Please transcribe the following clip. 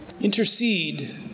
Intercede